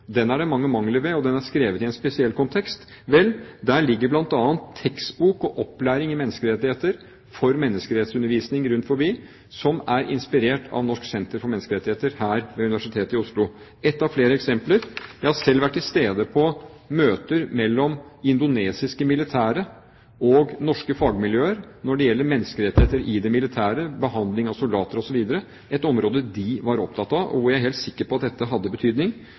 det er mange mangler ved den, og den er skrevet i en spesiell kontekst. Vel, det ligger bl.a. tekstbok og opplæring i menneskerettigheter for menneskerettsundervisning rundt forbi, som er inspirert av Norsk senter for menneskerettigheter ved Universitetet i Oslo. Dette er ett av flere eksempler. Jeg har selv vært til stede på møter mellom indonesiske militære og norske fagmiljøer når det gjelder menneskerettigheter i det militære, behandling av soldater osv. Dette var et område de var opptatt av, og jeg er helt sikker på at dette hadde betydning.